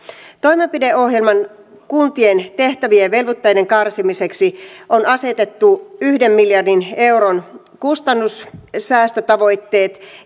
toimenpideohjelmassa kuntien tehtävien ja velvoitteiden karsimiseksi on asetettu yhden miljardin euron kustannussäästötavoitteet